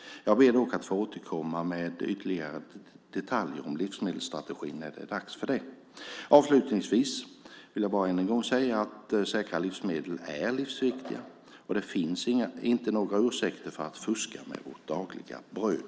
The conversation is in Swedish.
Jag ber dock att få återkomma med ytterligare detaljer om livsmedelsstrategin när det är dags för det. Avslutningsvis vill jag bara än en gång säga att säkra livsmedel är livsviktiga och att det inte finns några ursäkter för att fuska med vårt dagliga bröd.